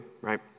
right